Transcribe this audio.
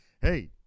hey